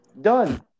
done